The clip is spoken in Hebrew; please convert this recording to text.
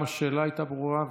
אבל זה לא עיתון,